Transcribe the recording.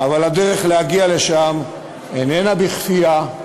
אבל הדרך להגיע לשם איננה בכפייה,